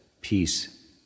peace